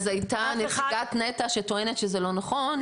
אז הייתה נציגת נת"ע שטוענת שזה לא נכון,